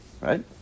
right